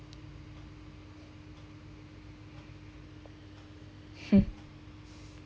hmm